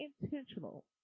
intentional